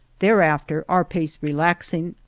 thereafter, our pace relaxing,